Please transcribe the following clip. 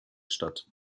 statt